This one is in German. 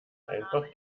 einfach